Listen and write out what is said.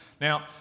Now